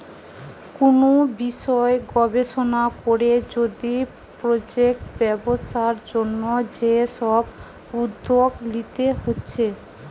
কুনু বিষয় গবেষণা কোরে যদি প্রজেক্ট ব্যবসার জন্যে যে সব উদ্যোগ লিতে হচ্ছে